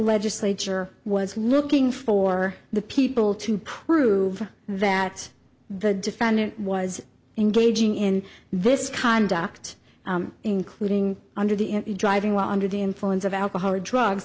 legislature was looking for the people to prove that the defendant was engaging in this conduct including under the driving while under the influence of alcohol or drugs